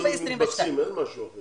מקבצים, אין משהו אחר.